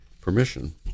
permission